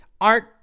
art